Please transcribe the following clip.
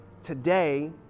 today